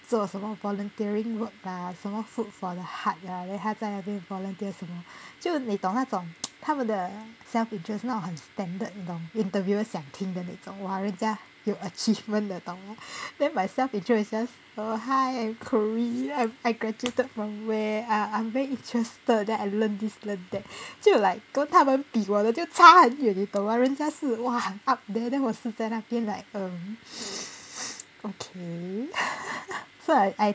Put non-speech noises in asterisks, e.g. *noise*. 做什么 volunteering work 吧什么 food for the heart lah then 他在那边 volunteer 什么就你懂那种 *noise* 他们的 self intro 是那种很 standard 那种 interviewer 想听的那种还是人家有 achievement 的 then my self intro is just err hi I'm corrine I I graduated from where i~ I'm very interested then I learned this learned that 就 like 跟他们比我的就差很远你懂吗人家是 !wah! up there then 我是在那边 like um *noise* okay *laughs* so I